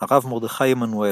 הרב מרדכי עמנואל,